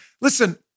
Listen